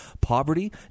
poverty